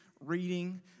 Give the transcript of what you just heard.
Reading